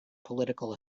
political